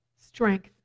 strength